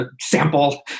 sample